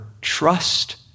trust